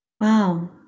Wow